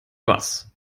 was